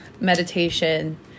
meditation